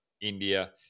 India